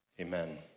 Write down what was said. amen